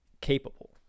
capable